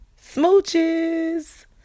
Smooches